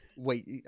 wait